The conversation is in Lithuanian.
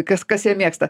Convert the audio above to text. kas kas ją mėgsta